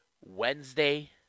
Wednesday